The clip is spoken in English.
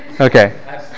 Okay